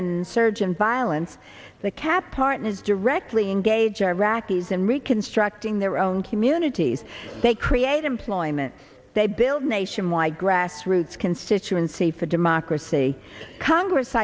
and insurgent violence the cap partners directly engage iraqis in reconstructing their own communities they create employment they build nationwide grassroots constituency for democracy congress